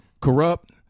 Corrupt